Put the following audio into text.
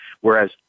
whereas